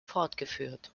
fortgeführt